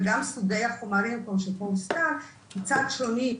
וגם סוגי החומרים, כמו שפה הוזכר, קצת שונים.